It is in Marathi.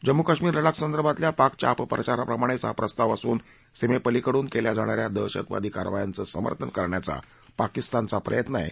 जम्मू कश्मिर लडाख संदर्भातल्या पाकच्या अपप्रचाराप्रमाणेच हा प्रस्ताव असून सीमेपलीकडून केल्या जाणाऱ्या दहशतवादी कारवायांचं समर्थन करण्याचा पाकिस्तानचा प्रयत्न आहे